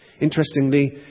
Interestingly